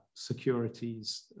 securities